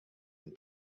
and